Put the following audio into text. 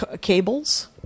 cables